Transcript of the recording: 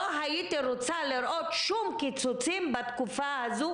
לא הייתי רוצה לראות אף קיצוץ בתקופה הזו